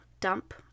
dump